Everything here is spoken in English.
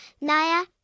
Naya